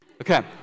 Okay